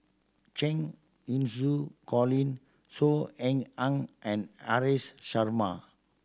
Cheng Xinru Colin Saw Ean Ang and Haresh Sharma